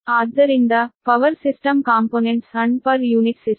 ಆದ್ದರಿಂದ power system components and per unit system